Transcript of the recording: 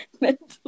Mentally